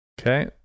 Okay